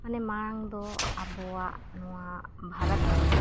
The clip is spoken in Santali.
ᱢᱟᱱᱮ ᱟᱲᱟᱝᱫᱚ ᱟᱵᱚᱣᱟᱜ ᱱᱚᱣᱟ ᱵᱷᱟᱨᱚᱛᱨᱮ